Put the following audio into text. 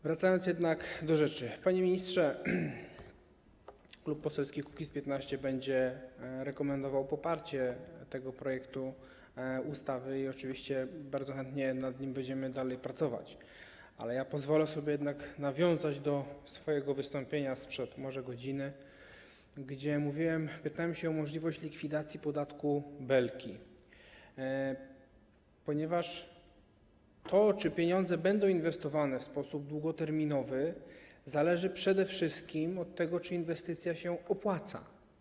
Wracając jednak do rzeczy, panie ministrze, Klub Poselski Kukiz’15 będzie rekomendował poparcie tego projektu ustawy i oczywiście bardzo chętnie będziemy dalej nad nim pracować, ale pozwolę sobie jednak nawiązać do swojego wystąpienia sprzed może godziny, gdy pytałem się o możliwość likwidacji podatku Belki, ponieważ to, czy pieniądze będą inwestowane w sposób długoterminowy, zależy przede wszystkim od tego, czy inwestycja się opłaca.